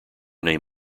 named